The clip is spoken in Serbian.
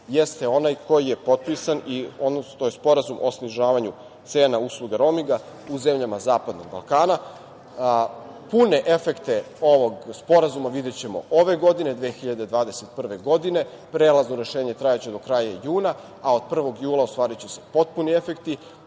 jeste onaj koji je potpisan, to je Sporazum o snižavanju cena usluga rominga u zemljama zapadnog Balkana. Pune efekte ovog sporazuma videćemo ove godine, 2021. godine. Prelazno rešenje trajaće do kraja juna, a od 1. jula ostvariće se potpuni efekti